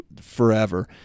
forever